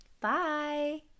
Bye